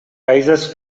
rises